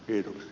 kiitoksia